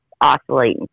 oscillating